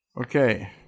okay